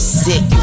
sick